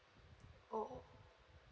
oh